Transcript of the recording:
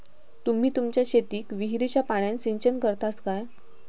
तुम्ही तुमच्या शेतीक विहिरीच्या पाण्यान सिंचन करतास काय?